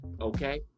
okay